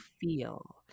feel